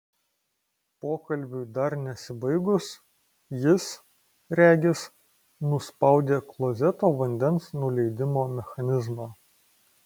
pokalbiui dar nesibaigus jis regis nuspaudė klozeto vandens nuleidimo mechanizmą